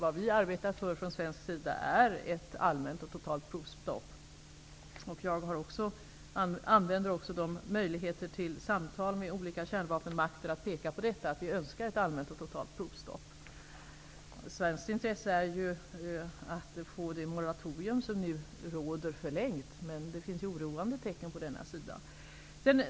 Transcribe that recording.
Det vi från svensk sida arbetar för är ett allmänt och totalt provstopp. Jag använder också möjligheterna till samtal med olika kärnvapenmakter till att peka på att vi önskar ett allmänt och totalt provstopp. Sveriges intresse är att få det moratorium som nu råder förlängt. Men det finns oroande tecken på denna sida.